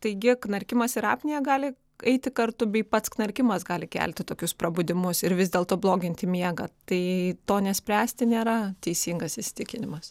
taigi knarkimas ir apnėja gali eiti kartu bei pats knarkimas gali kelti tokius prabudimus ir vis dėlto bloginti miegą tai to nespręsti nėra teisingas įsitikinimas